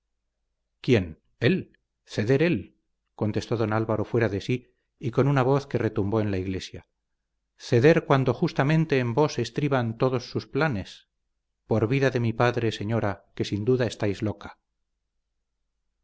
quién él ceder él contestó don álvaro fuera de sí y con una voz que retumbó en la iglesia ceder cuando justamente en vos estriban todos sus planes por vida de mi padre señora que sin duda estáis loca